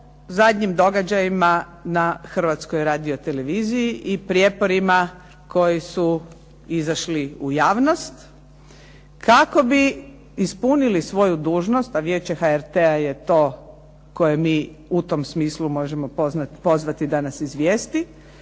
zadnjim događajima na Hrvatskoj radio-televiziji i o prijeporima koji su izašli u javnost, kako bi ispunili svoju dužnost, a Vijeće HRT-a je to koje mi u tom smislu možemo pozvati da nas izvijesti,